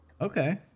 Okay